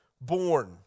born